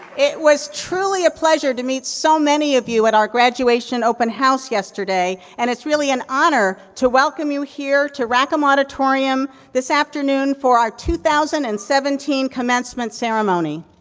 it was truly a pleasure to meet so many of you at our graduation open house yesterday. and, it's really an honor to welcome you here to rackham auditorium this afternoon for our two thousand and seventeen commencement ceremony.